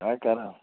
کیٛاہ کَران